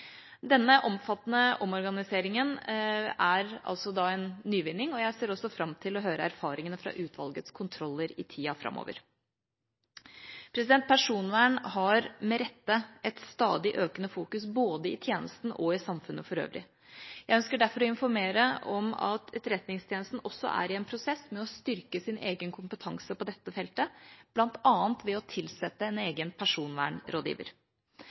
jeg ser fram til å høre erfaringene fra utvalgets kontroller i tida framover. Det er med rette et stadig økende fokus på personvern, i både tjenesten og samfunnet for øvrig. Jeg ønsker derfor å informere om at Etterretningstjenesten også er i en prosess med å styrke sin egen kompetanse på dette feltet, bl.a. ved å tilsette en egen personvernrådgiver.